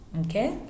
Okay